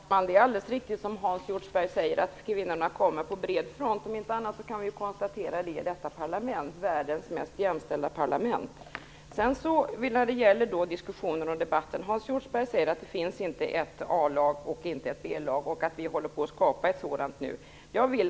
Herr talman! Det är alldeles riktigt som Hans Hjortzberg-Nordlund säger att kvinnorna kommer på bred front. Om inte annat kan vi konstatera det i detta parlament - världens mest jämställda. Hans Hjortzberg-Nordlund säger att det inte finns ett A-lag och ett B-lag men att vi nu håller på att skapa ett B-lag.